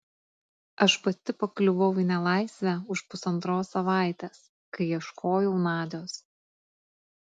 aš pati pakliuvau į nelaisvę už pusantros savaitės kai ieškojau nadios